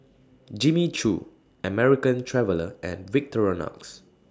Jimmy Choo American Traveller and Victorinox